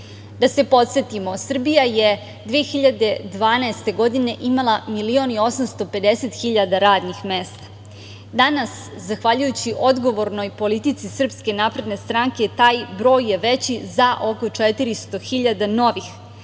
Da se podsetimo, Srbija je 2012. godine imala 1.850.000 radnih mesta. Danas zahvaljujući odgovornoj politici SNS taj broj je veći za oko 400.000 novih.